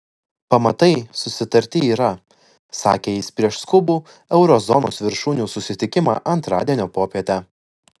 pamatai susitarti yra sakė jis prieš skubų euro zonos viršūnių susitikimą antradienio popietę